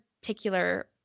particular